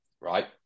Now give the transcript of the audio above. right